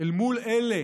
אל מול אלה